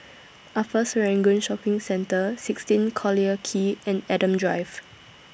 Upper Serangoon Shopping Centre sixteen Collyer Quay and Adam Drive